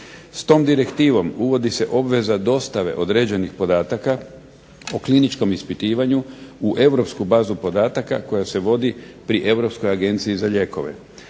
S tom direktivom uvodi se dostave određenih podataka o kliničkom ispitivanju u europsku bazu podataka koja se vodi pri Europskoj agenciji za lijekove.